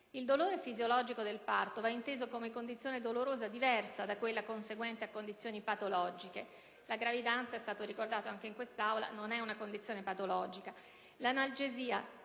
Il dolore fisiologico del parto va inteso come condizione dolorosa diversa da quella conseguente a condizioni patologiche. La gravidanza - è stato ricordato anche in quest'Aula - non è una condizione patologica.